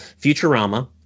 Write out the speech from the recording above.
Futurama